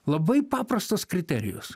labai paprastas kriterijus